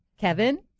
Kevin